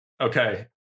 Okay